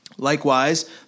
Likewise